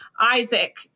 Isaac